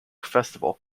festival